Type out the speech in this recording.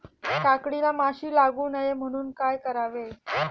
काकडीला माशी लागू नये म्हणून काय करावे?